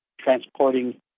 transporting